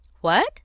What